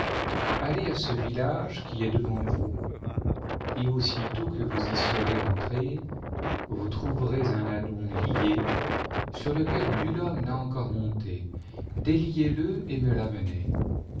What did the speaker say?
allez à ce village qui est devant vous et aussitôt que vous y serez entrés vous trouverez un an on lié sur lequel nul homme n'a encore monté déliez cle et si